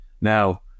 Now